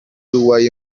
uruguay